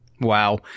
Wow